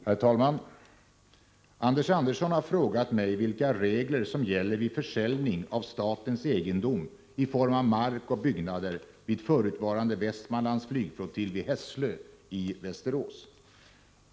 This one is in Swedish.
Herr talman! Anders Andersson har frågat mig vilka regler som gäller vid försäljning av statens egendom i form av mark och byggnader vid förutvarande Västmanlands flygflottilj vid Hässlö i Västerås.